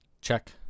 Check